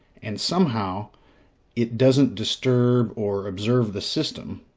and somehow it doesn't disturb or observe the system.